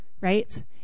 Right